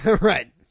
Right